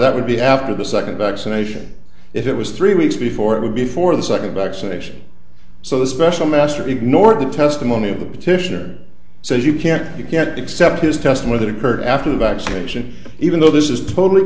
that would be after the second vaccination if it was three weeks before it would be for the second vaccination so the special master ignored the testimony of the petitioner says you can't you can't accept this test whether occurred after the vaccination even though this is totally